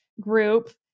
group